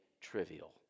trivial